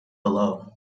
below